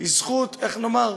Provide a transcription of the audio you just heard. היא זכות, איך נאמר,